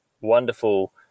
wonderful